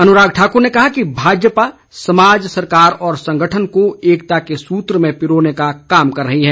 अनुराग ठाक्र ने कहा कि भाजपा समाज सरकार और संगठन को एकता के सूत्र में पिरोने का कार्य कर रही है